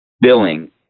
billing